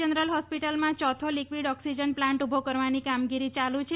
general હોસ્પિટલમાં ચોથો liquid oxygen plant ઉભો કરવાની કામગીરી યાલુ છે